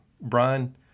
Brian